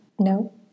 No